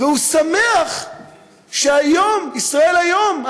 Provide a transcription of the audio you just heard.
והוא שמח שכיום העיתון "ישראל היום"